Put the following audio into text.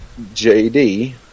JD